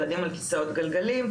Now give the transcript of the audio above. ילדים על כסאות גלגלים,